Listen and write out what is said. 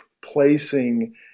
placing